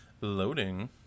loading